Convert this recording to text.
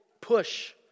push